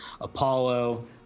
Apollo